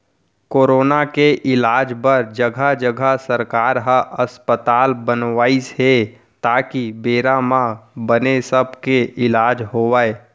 corona के इलाज बर जघा जघा सरकार ह अस्पताल बनवाइस हे ताकि बेरा म बने सब के इलाज होवय